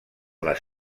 les